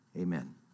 amen